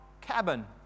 cabin